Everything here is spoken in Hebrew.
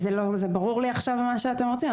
ברור לי עכשיו מה שאתם רוצים.